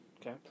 okay